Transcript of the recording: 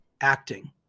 acting